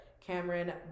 Cameron